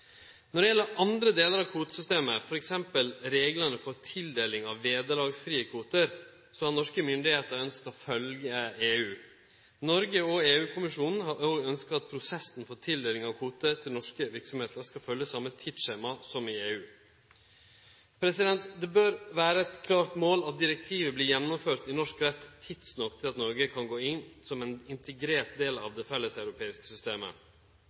Når det gjeld andre delar av kvotesystemet, t.d. reglane for tildeling av vederlagsfrie kvotar, har norske myndigheiter ønskt å følgje EU. Noreg og EU- kommisjonen har òg ønskt at prosessen for tildeling av kvotar til norske verksemder skal følgje same tidsskjema som i EU. Det bør vere eit klart mål at direktivet vert gjennomført i norsk rett tidsnok til at Noreg kan gå inn som ein integrert del av det felleseuropeiske systemet.